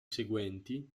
seguenti